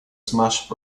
smash